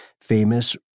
famous